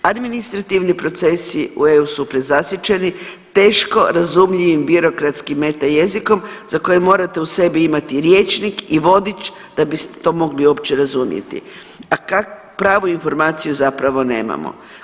Administrativni procesi u EU su prezasićeni, teško razumljivim birokratskim meta jezikom za koji morate uz sebe imati rječnik i vodič da biste to mogli uopće razumjeti, a pravu informaciju zapravo nemamo.